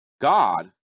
God